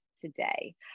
today